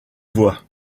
voies